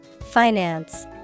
Finance